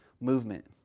movement